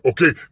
Okay